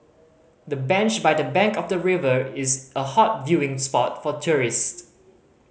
the bench by the bank of the river is a hot viewing spot for tourist